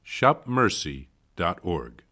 shopmercy.org